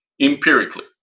empirically